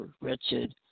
wretched